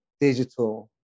digital